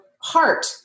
heart